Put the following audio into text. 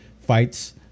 fights